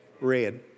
Red